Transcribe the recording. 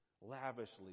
lavishly